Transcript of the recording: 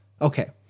Okay